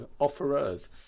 offerers